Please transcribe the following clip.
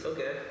Okay